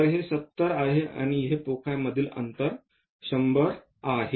तर हे 70 आहे आणि हे फोकायमधील अंतर 100 आहे